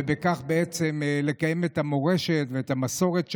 ובכך בעצם לקיים את המורשת ואת המסורת שלהם,